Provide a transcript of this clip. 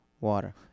Water